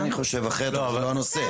אני חושב אחרת, אבל זה לא הנושא.